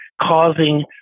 causing